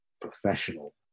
professional